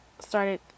started